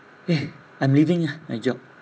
eh I'm leaving ah my job